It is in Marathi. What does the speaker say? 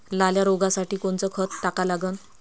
लाल्या रोगासाठी कोनचं खत टाका लागन?